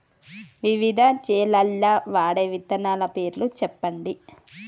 వివిధ చేలల్ల వాడే విత్తనాల పేర్లు చెప్పండి?